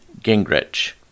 Gingrich